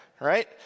Right